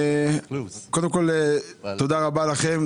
קודם כל תודה רבה לכם,